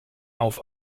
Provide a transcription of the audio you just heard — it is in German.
auf